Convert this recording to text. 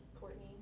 Courtney